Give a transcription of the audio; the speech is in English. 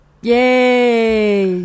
Yay